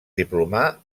diplomà